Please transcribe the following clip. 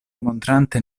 montrante